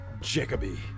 Jacoby